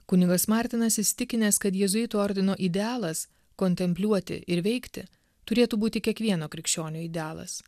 kunigas martinas įsitikinęs kad jėzuitų ordino idealas kontempliuoti ir veikti turėtų būti kiekvieno krikščionio idealas